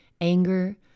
anger